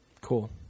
Cool